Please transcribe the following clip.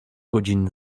godzin